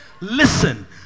Listen